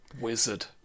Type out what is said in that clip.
Wizard